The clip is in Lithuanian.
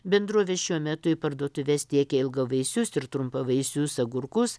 bendrovė šiuo metu į parduotuves tiekia ilgavaisius ir trumpą vaisius agurkus